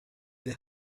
they